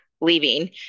leaving